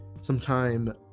sometime